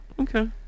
Okay